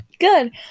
good